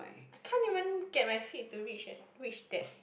I can't even get my feet to reach at reach that